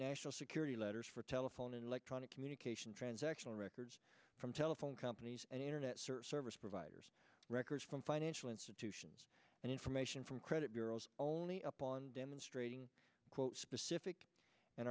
national security letters for telephone and electronic communication transactional records from telephone companies and internet service providers records from financial institutions and information from credit bureaus only upon demonstrating quote specific and